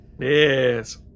Yes